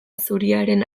zuriaren